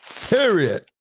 Period